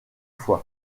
foy